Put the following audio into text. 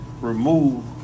remove